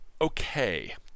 okay